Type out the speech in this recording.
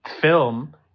film